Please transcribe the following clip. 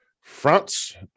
France